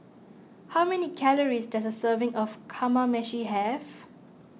how many calories does a serving of Kamameshi have